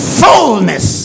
fullness